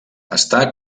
està